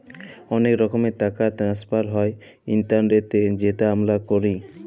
অলেক রকমের টাকা টেনেসফার হ্যয় ইলটারলেটে যেট আমরা ক্যরি